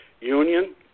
union